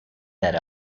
that